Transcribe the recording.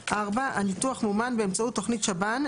(4) הנתוח מומן באמצעות תוכנית שב"ן,